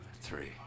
three